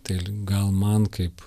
tai gal man kaip